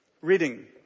Reading